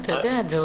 אתה יודע את זה,